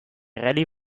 rallye